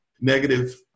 negative